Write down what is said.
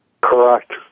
Correct